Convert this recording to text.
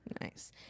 Nice